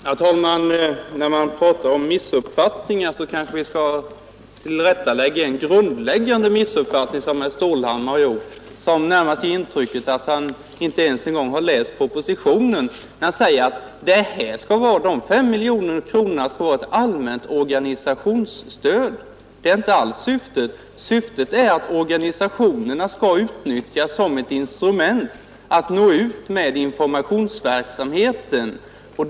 Herr talman! När man här talar om missuppfattningar kanske vi också skall rätta till en grundläggande missuppfattning som herr Stålhammar gjorde sig skyldig till och som närmast ger det intrycket att han inte ens har läst propositionen. Herr Stålhammar sade att de 5 miljoner kronor som det här gäller avser ett allmänt organisationsstöd. Så är det inte alls, utan meningen är att organisationerna skall utnyttjas som instrument för att nå ut med informationen.